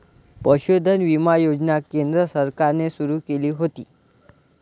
पशुधन विमा योजना केंद्र सरकारने सुरू केली होती